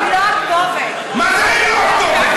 היא לא הכתובת, מה זה היא לא הכתובת?